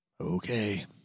Okay